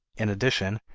in addition,